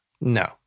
No